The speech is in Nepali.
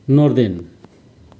नोर्देन